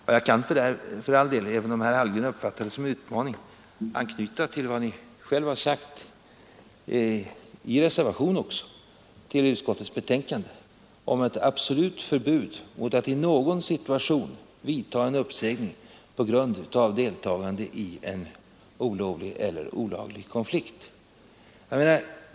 Och även om herr Hallgren uppfattar det som en utmaning kan jag här ändå anknyta till vad herr Hallgren själv har sagt i reservation till utskottets betänkande om ett absolut förbud för att i någon situation vidta en uppsägning på grund av deltagande i en olovlig eller olaglig konflikt.